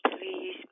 please